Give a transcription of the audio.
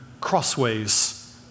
crossways